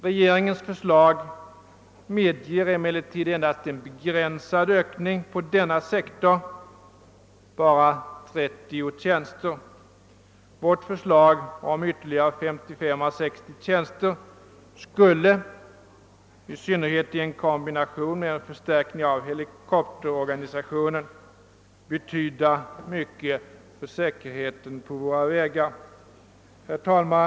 Regeringens förslag medger emellertid endast en begränsad ökning på denna sektor — bara med 30 tjänster. Vårt förslag om ytterligare 55 å 60 tjänster skulle — i synnerhet med en kombination av en förstärkning av helikopterorganisationen — betyda mycket för säkerheten på våra vägar. Herr talman!